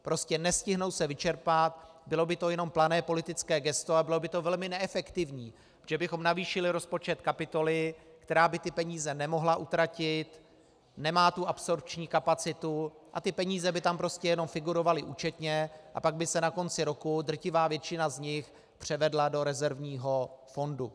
Prostě se nestihnou vyčerpat, bylo by to jenom plané politické gesto a bylo by to velmi neefektivní, protože bychom navýšili rozpočet kapitoly, která by peníze nemohla utratit, nemá absorpční kapacitu, a peníze by tam prostě jenom figurovaly účetně a pak by se na konci roku drtivá většina z nich převedla do rezervního fondu.